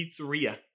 pizzeria